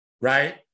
right